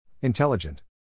Intelligent